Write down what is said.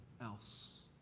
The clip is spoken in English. else